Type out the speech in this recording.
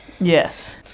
Yes